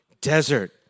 desert